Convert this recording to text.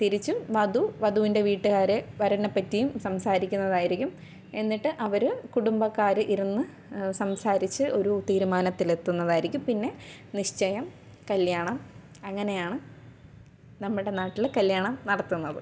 തിരിച്ചും വധു വധുവിൻ്റെ വീട്ടുകാര് വരനെപ്പറ്റിയും സംസാരിക്കുന്നതായിരിക്കും എന്നിട്ട് അവര് കുടുംബക്കാര് ഇരുന്ന് സംസാരിച്ച് ഒരു തീരുമാനത്തിലെത്തുന്നതായിരിക്കും പിന്നെ നിശ്ചയം കല്യാണം അങ്ങനെ ആണ് നമ്മുടെ നാട്ടില് കല്യാണം നടത്തുന്നത്